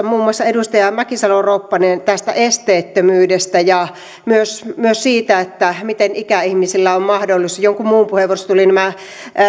muun muassa edustaja mäkisalo ropposelta tästä esteettömyydestä ja myös myös siitä miten ikäihmisillä on mahdollisuus ja jonkun muun puheenvuorossa tulivat nämä